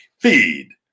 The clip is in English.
Feed